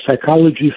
psychology